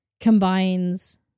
combines